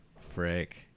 Frick